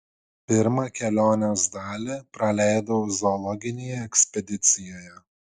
pirmą kelionės dalį praleidau zoologinėje ekspedicijoje